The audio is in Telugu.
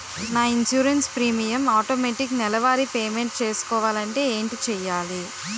నా ఇన్సురెన్స్ ప్రీమియం ఆటోమేటిక్ నెలవారి పే మెంట్ చేసుకోవాలంటే ఏంటి చేయాలి?